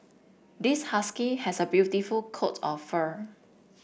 this husky has a beautiful coat of fur